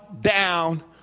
down